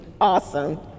awesome